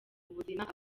ubuzima